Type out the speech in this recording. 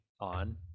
on